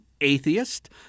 atheist